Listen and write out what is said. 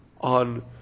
on